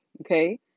Okay